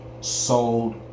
sold